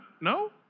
no